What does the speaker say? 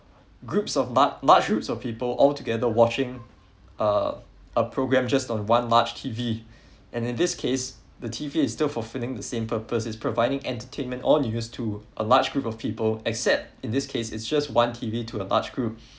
groups of large large groups of people altogether watching a a program just one large T_V and in this case T_V is still fulfilling the same purpose is providing entertainment or news to a large of people except in this case it's just one T_V to a large group